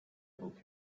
book